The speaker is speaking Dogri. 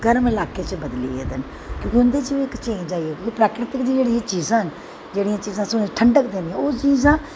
गर्म इलाके च बदली गेदे न क्योंकि उंदे च बी इक चेंज़ आई गेदी ऐ प्राकृतिक जेह्ड़ियां चीज़ां न जेह्ड़ियां चीज़ां असेंगी ठंडक दिंदियां ओह् चीज़ां